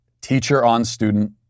teacher-on-student